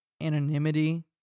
anonymity